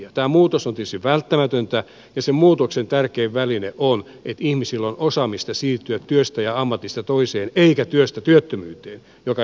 tämä muutos on tietysti välttämätöntä ja sen muutoksen tärkein väline on se että ihmisillä on osaamista siirtyä työstä ja ammatista toiseen eikä työstä työttömyyteen joka meidän riskimme on